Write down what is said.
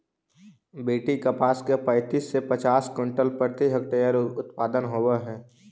BT कपास के पैंतीस से पचास क्विंटल प्रति हेक्टेयर उत्पादन होवे हई